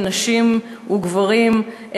נשים וגברים,